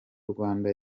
rwanda